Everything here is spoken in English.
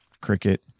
cricket